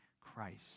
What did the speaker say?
Christ